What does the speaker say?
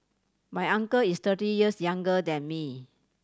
my uncle is thirty years younger than me